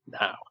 now